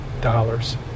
dollars